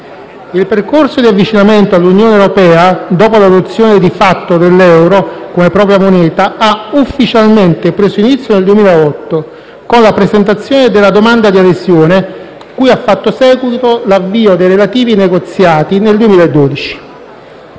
Il percorso di avvicinamento all'Unione europea, dopo l'adozione di fatto dell'euro come propria moneta, ha ufficialmente preso inizio nel 2008 con la presentazione della domanda di adesione, cui ha fatto seguito l'avvio dei relativi negoziati nel 2012.